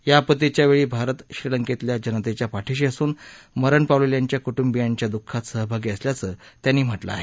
या आपत्तीच्या वेळी भारत श्रीलंकेतल्या जनतेच्या पाठीशी असून मरण पावलेल्यांच्या कुटुंबियांच्या दुःखात सहभागी असल्याचं त्यांनी म्हटलं आहे